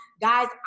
guys